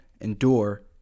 endure